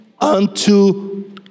unto